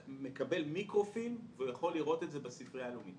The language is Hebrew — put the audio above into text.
ולקבל מיקרופילם והוא יכול לראות את זה בספרייה הלאומית.